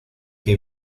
que